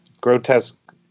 grotesque